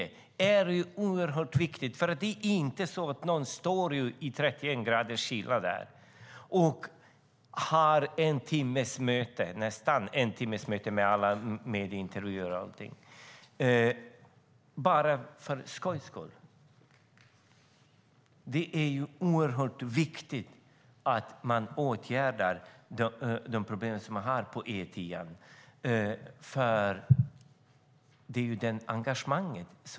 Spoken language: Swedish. Ingen står i 31 graders kyla och har ett möte som pågår i nästan en timme, med intervjuer och allting, bara för skojs skull. Det är oerhört viktigt att man åtgärdar de problem som finns på E10:an, och det visar det stora engagemanget.